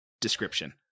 description